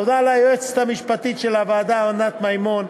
תודה ליועצת המשפטית של הוועדה ענת מימון,